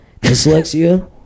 Dyslexia